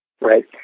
Right